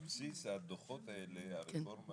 על בסיס הדוחות האלה הרפורמה